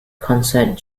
concert